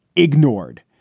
ignored,